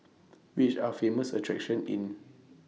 Which Are The Famous attractions in